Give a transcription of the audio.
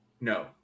No